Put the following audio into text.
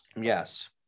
Yes